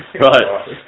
Right